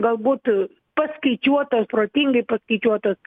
galbūt paskaičiuotos protingai paskaičiuotos